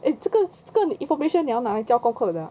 eh 这个这个 information 你是拿来交功课的 ah